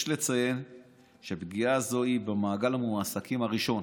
יש לציין שפגיעה זו היא במעגל המועסקים הראשון.